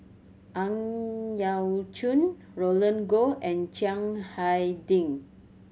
Ang Yau Choon Roland Goh and Chiang Hai Ding